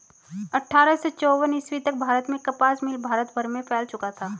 अट्ठारह सौ चौवन ईस्वी तक भारत में कपास मिल भारत भर में फैल चुका था